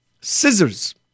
Scissors